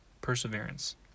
perseverance